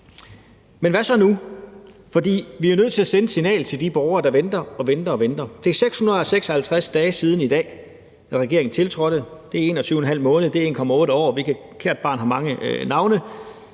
Men hvad så nu? For vi er jo nødt til at sende et signal til de borgere, der venter og venter. Det er i dag 656 dage siden, at regeringen tiltrådte – det er 21½ måned eller 1,8 år; kært barn har mange navne